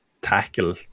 tackle